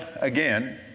again